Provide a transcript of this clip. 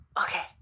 Okay